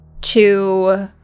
to-